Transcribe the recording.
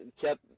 kept